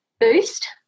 boost